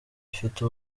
ifite